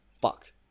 fucked